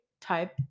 type